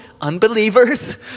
unbelievers